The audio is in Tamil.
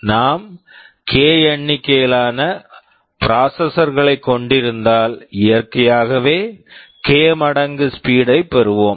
நாம் K கே எண்ணிக்கையிலான ப்ராசஸர்ஸ் processors களைக் கொண்டிருந்தால் இயற்கையாகவே K கே மடங்கு ஸ்பீட் speed ஐ பெறுவோம்